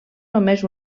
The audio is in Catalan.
només